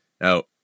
now